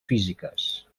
físiques